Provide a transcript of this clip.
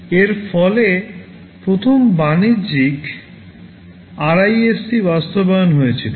এর ফলে প্রথম বাণিজ্যিক RISC বাস্তবায়ন হয়েছিল